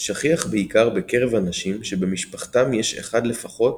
שכיח בעיקר בקרב אנשים שבמשפחתם יש אדם אחד לפחות